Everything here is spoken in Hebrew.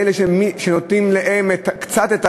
לאלה שנותנים להם קצת את העזרה.